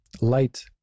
light